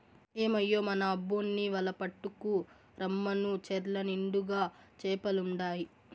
ఏమయ్యో మన అబ్బోన్ని వల పట్టుకు రమ్మను చెర్ల నిండుగా చేపలుండాయి